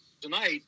tonight